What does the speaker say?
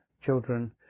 children